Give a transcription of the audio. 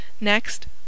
Next